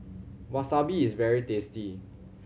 wasabi is very tasty